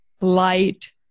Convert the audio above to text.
light